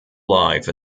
alive